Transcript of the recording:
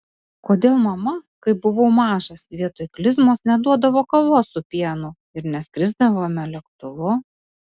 kodėl mama kai buvau mažas vietoj klizmos neduodavo kavos su pienu ir neskrisdavome lėktuvu